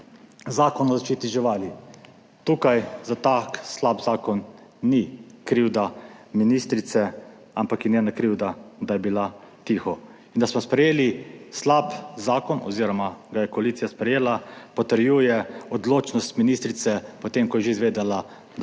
Zakon o zaščiti živali. Tukaj za tak slab zakon ni krivda ministrice, ampak je njena krivda, da je bila tiho, in da smo sprejeli slab zakon, oz. ga je koalicija sprejela, potrjuje odločnost ministrice, potem ko je že izvedela, da